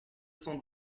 cent